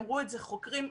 אמרו את זה חוקרים לפניי.